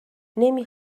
نمی